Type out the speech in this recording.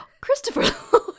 Christopher